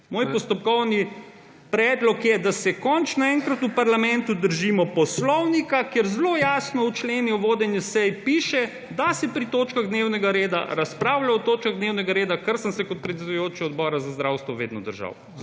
Moj postopkovni predlog je, da se končno enkrat v parlamentu držimo poslovnika, kjer zelo jasno v členu o vodenju sej piše, da se pri točkah dnevnega reda razpravlja o točkah dnevnega reda, česar sem se kot predsedujoči Odbora za zdravstvo vedno držal.